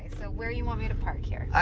so where you want me to park here? yeah